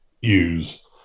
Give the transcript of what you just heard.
use